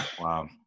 wow